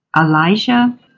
Elijah